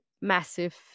massive